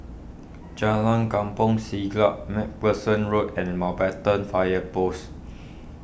Jalan Kampong Siglap MacPherson Road and Mountbatten Fire Post